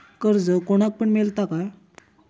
कर्ज कोणाक पण मेलता काय?